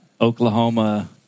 Oklahoma